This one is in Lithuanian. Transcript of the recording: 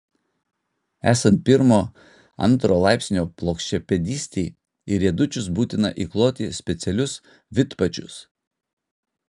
esant pirmo antro laipsnio plokščiapėdystei į riedučius būtina įkloti specialius vidpadžius